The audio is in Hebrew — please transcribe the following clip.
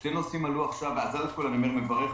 ראשית, אני מברך ומודה.